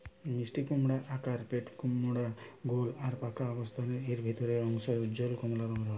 মিষ্টিকুমড়োর আকার পেটমোটা গোল আর পাকা অবস্থারে এর ভিতরের অংশ উজ্জ্বল কমলা রঙের হয়